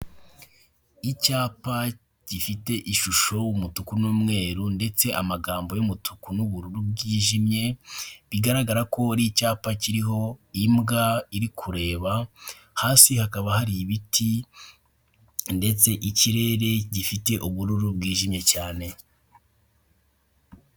Icyapa gifite ishusho umutuku n'umweru ndetse amagambo y'umutuku n'ubururu bwijimye bigaragara ko hari icyapa kiriho imbwa iri kureba hasi hakaba hari ibiti ndetse ikirere gifite ubururu bwijimye cyane.